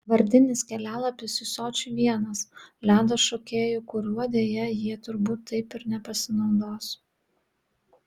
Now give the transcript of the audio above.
vardinis kelialapis į sočį vienas ledo šokėjų kuriuo deja jie turbūt taip ir nepasinaudos